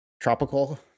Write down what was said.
tropical